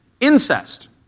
Incest